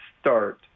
start